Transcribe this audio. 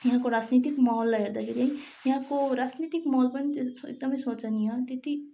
यहाँको राजनैतिक माहोललाई हेर्दाखेरि यहाँको राजनैतिक माहोल पनि त्यो एकदमै सोचनीय त्यति